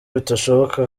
bitashoboka